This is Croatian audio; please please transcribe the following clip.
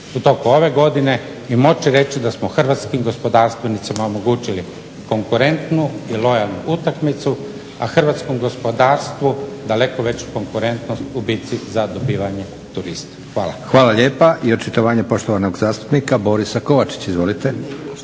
(SDP)** Hvala lijepa. I očitovanje poštovanog zastupnika Borisa Kovačića. Izvolite.